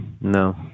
No